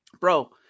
bro